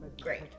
Great